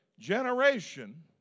generation